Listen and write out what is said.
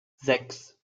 sechs